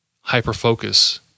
hyper-focus